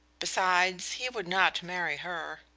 besides, he would not marry her.